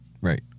Right